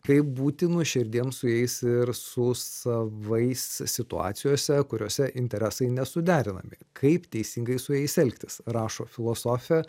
kaip būti nuoširdiems su jais ir su savais situacijose kuriose interesai nesuderinami kaip teisingai su jais elgtis rašo filosofė